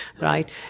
right